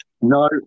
No